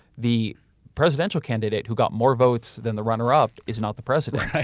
the presidential candidate who got more votes than the runner up is not the president.